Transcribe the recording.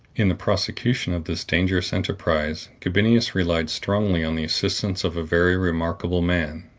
in the prosecution of this dangerous enterprise, gabinius relied strongly on the assistance of a very remarkable man,